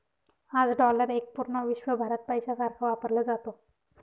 आज डॉलर एक पूर्ण विश्वभरात पैशासारखा वापरला जातो